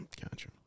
gotcha